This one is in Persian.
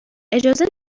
اجازه